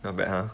not bad !huh!